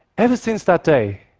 ever since that day,